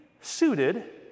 suited